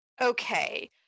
Okay